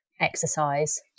exercise